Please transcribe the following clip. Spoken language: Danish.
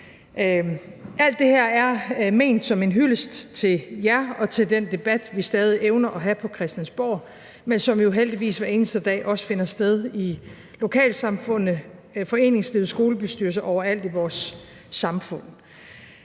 Alt det her er ment som en hyldest til jer og til den debat, vi stadig evner at have på Christiansborg, men som jo heldigvis hver eneste dag også finder sted i lokalsamfundene, foreningslivet og skolebestyrelser overalt i vores samfund.